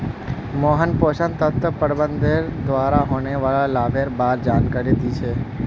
मोहन पोषण तत्व प्रबंधनेर द्वारा होने वाला लाभेर बार जानकारी दी छि ले